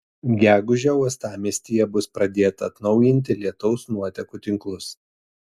gegužę uostamiestyje bus pradėta atnaujinti lietaus nuotekų tinklus